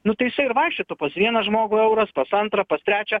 nu tai jisai ir vaikščiotų pas vieną žmogų euras pas antrą pas trečią